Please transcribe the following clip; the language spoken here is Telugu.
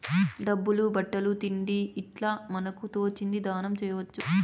డబ్బులు బట్టలు తిండి ఇట్లా మనకు తోచింది దానం చేయొచ్చు